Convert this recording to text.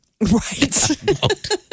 Right